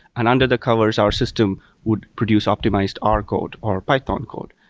and under the covers our system would product optimized r code, or python code.